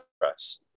press